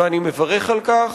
ואני מברך על כך.